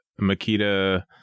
Makita